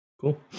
Cool